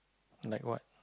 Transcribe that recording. like what